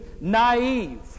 naive